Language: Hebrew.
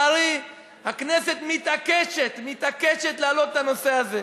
לצערי, הכנסת מתעקשת, מתעקשת להעלות את הנושא הזה.